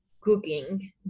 cooking